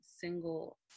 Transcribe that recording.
single